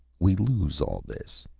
we lose all this,